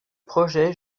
projet